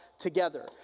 together